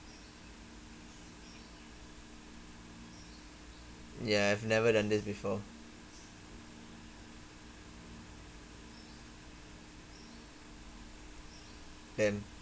ya I've never done this before damn